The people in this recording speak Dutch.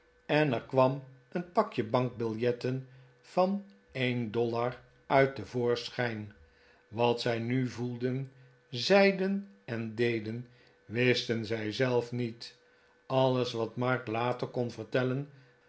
en er kwam een pakje bankbiljetten van een dollar uit te voorschijn wat zij nu voelden zeiden en deden wisten zij zelf niet alles wat mark later kon vertellen